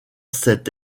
cet